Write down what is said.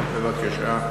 בבקשה.